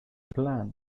plan